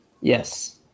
Yes